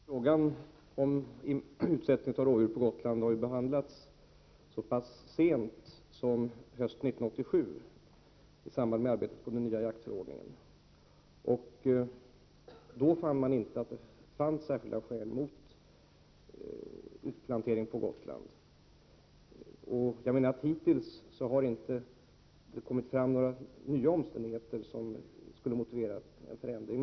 Herr talman! Frågan om utsättande av rådjur på Gotland har ju behandlats så sent som hösten 1987, i samband med arbetet på den nya jaktförordningen. Då fann man inte att det fanns särskilda skäl mot en utplantering på Gotland. Hittills har det inte kommit fram några nya omständigheter som skulle motivera en förändring.